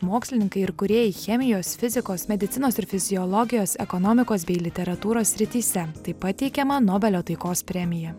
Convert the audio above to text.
mokslininkai ir kūrėjai chemijos fizikos medicinos ir fiziologijos ekonomikos bei literatūros srityse taip tap teikiama nobelio taikos premija